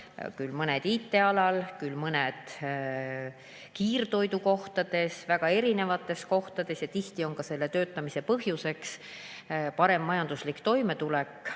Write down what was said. küll mõned IT-alal, küll mõned kiirtoidukohtades, väga erinevates kohtades. Tihti on nende töötamise põhjuseks [soov] tagada parem majanduslik toimetulek